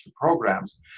programs